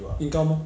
income lor